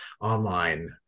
online